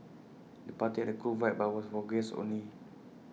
the party had A cool vibe but was for guests only